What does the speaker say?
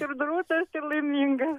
ir drūtas ir laimingas